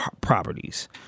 properties